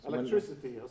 Electricity